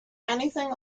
anything